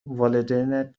والدینت